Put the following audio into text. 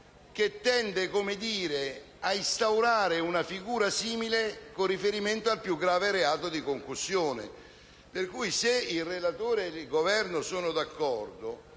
che tende ad instaurare una figura simile con riferimento al più grave reato di concussione. Se il relatore ed il Governo sono d'accordo,